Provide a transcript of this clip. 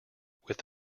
with